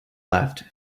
left